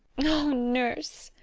oh, nurse,